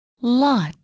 Lot